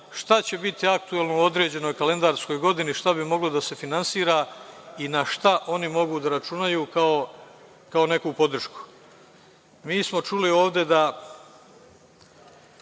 šta će biti aktuelno u određenoj kalendarskoj godini, šta bi moglo da se finansira i na šta oni mogu da računaju kao neku podršku. Mi smo čuli ovde da